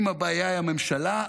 אם הבעיה היא הממשלה,